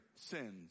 sins